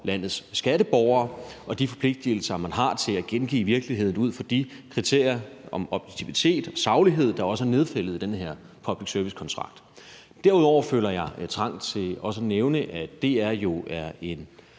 landets skatteborgere, og de forpligtigelser, man har, til at gengive virkeligheden ud fra de kriterier om objektivitet og saglighed, der er nedfældet i den her public service-kontrakt. Derudover føler jeg trang til også at nævne, at DR jo er en